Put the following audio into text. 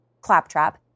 claptrap